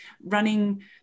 running